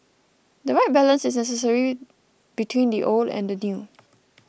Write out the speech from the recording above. the right balance is necessary between the old and the new